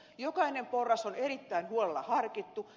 jokainen porras on erittäin huolella harkittu